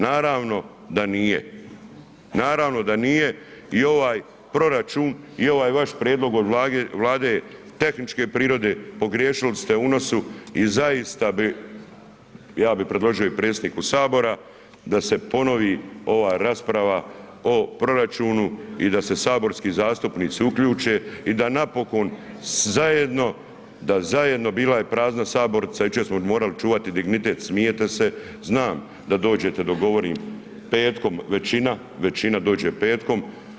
Naravno da nije, naravno da nije i ovaj proračun i ovaj vaš prijedlog od Vlade je tehničke prirode pogriješili ste u unosu i zaista bi, ja bi predložio i predsjedniku Sabora da se ponovi ova rasprava o proračunu i da se saborski zastupnici uključe i da napokon zajedno, da zajedno bila je prazna sabornica jučer smo morali čuvati dignitet, smijete se, znam da dođete dok govorim petkom većina, većina dođe petkom.